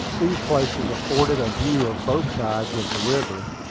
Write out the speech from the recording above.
these places afforded a view of both sides of the river,